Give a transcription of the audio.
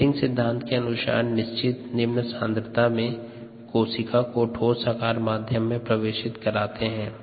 plating सिद्धांत के अनुसार निश्चित निम्न सांद्रता में कोशिका को ठोस अगार माध्यम में प्रवेशित कराते हैं